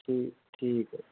ਠੀਕ ਠੀਕ